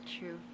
true